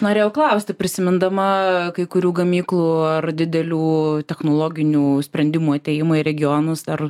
norėjau klausti prisimindama kai kurių gamyklų ar didelių technologinių sprendimų atėjimą į regionus dar